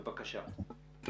בבקשה.